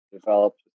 developed